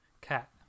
cat